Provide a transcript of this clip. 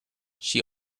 she